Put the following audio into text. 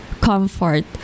comfort